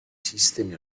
sistemi